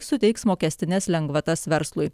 suteiks mokestines lengvatas verslui